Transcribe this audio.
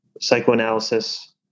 psychoanalysis